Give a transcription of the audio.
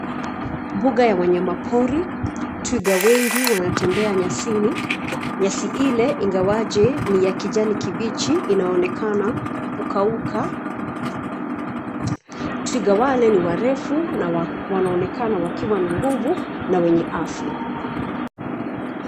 Mbuga ya wanyama pori. Twiga wengi wanatembea nyasini. Nyasi ile ingawaje ni ya kijani kibichi inaonekana kukauka. Twiga wale ni warefu na wanaonekana wakiwa na nguvu na wenye afya.